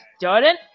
Jordan